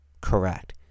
correct